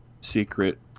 Secret